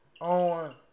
On